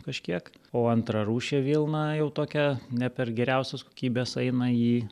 kažkiek o antrarūšė vilna jau tokia ne per geriausios kokybės eina į